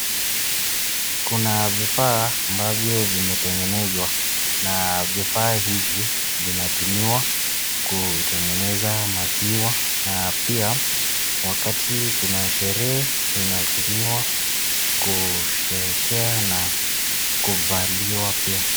Kuna vifaa ambavyo vimetengezwa na vifaa hivi vinatumika kutengeza maziwa na pia wakati kuna sherehe inatumiwa kusherehekea na kuvaliwa pia.